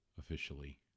officially